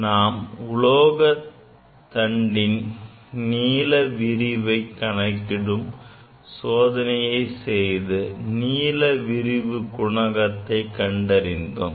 நாம் உலோகத் தண்டின் நீள விரிவை அளவிடும் சோதனையை செய்து நீளவிரிவுகுணகத்தை கண்டறிந்தோம்